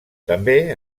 també